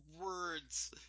words